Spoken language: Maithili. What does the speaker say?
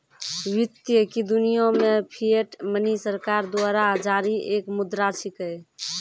वित्त की दुनिया मे फिएट मनी सरकार द्वारा जारी एक मुद्रा छिकै